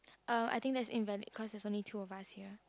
uh I think that's invalid cause there's only two of us here